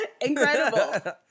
incredible